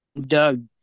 Doug